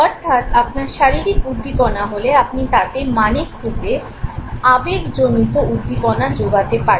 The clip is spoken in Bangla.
অর্থাৎ আপনার শারীরিক উদ্দীপনা হলে আপনি তাতে মানে খুঁজে আবেগজনিত উদ্দীপনা জোগাতে পারেন